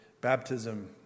baptism